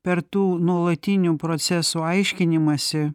per tų nuolatinių procesų aiškinimąsi